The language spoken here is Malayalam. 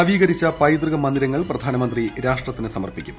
നവീക്കുളിച്ച പൈതൃക മന്ദിരങ്ങൾ പ്രധാനമന്ത്രി രാഷ്ട്രത്തിന് സ്മർപ്പിക്കും